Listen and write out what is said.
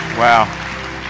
Wow